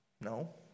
No